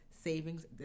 savings